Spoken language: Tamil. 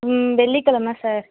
ம் வெள்ளி கிழமை சார்